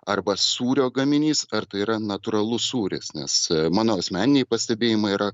arba sūrio gaminys ar tai yra natūralus sūris nes mano asmeniniai pastebėjimai yra